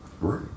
Right